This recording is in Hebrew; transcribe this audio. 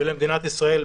ולמדינת ישראל בכלל.